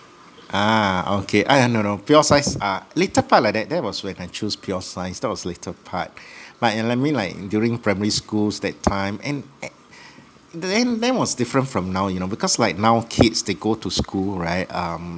ah okay I uh no no pure science ah later part like that that was when I choose pure science that was later part but like mean like during primary schools that time and at then then was different from now you know because like now kids they go to school right um